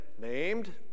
named